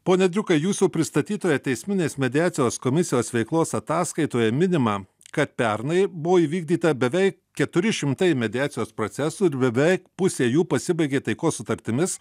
pone driukai jūsų pristatytoje teisminės mediacijos komisijos veiklos ataskaitoje minima kad pernai buvo įvykdyta beveik keturi šimtai mediacijos procesų ir beveik pusė jų pasibaigė taikos sutartimis